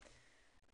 להצבעה.